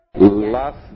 Last